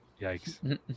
Yikes